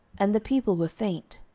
and the people were faint.